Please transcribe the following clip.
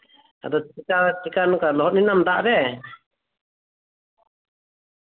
ᱟᱫᱚ ᱪᱮᱠᱟ ᱱᱚᱝᱠᱟ ᱞᱚᱦᱚᱫ ᱞᱮᱱᱟᱢ ᱫᱟᱜ ᱨᱮ